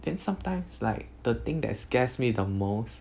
then sometimes like the thing that scares me the most